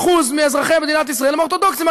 מאזרחי מדינת ישראל הם אורתודוקסים.